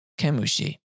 Kemushi